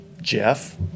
Jeff